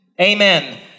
Amen